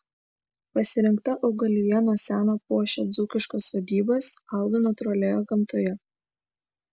pasirinkta augalija nuo seno puošia dzūkiškas sodybas auga natūralioje gamtoje